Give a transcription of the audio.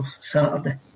Saturday